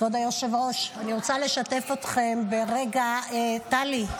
אני רוצה לשתף אתכם ברגע, טלי.